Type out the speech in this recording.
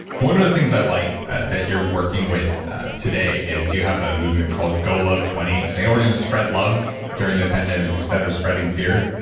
one of the things i like that you're working with today is you have a movement called golov twenty. and saying we're going to spread love during the pandemic instead of spreading fear,